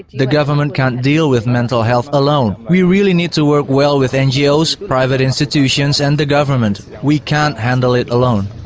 the government can't deal with mental health alone. we really need to work well with ngos, private institutions and the government. we can't handle it alone.